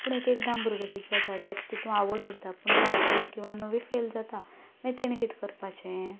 पूण एक एकदां भुरगो कितें जाता ताका तितूंत आवड उरता पूण तो आठवी किंवा णव्वी फॅल जाता मागीर ताणें कितें करपाचें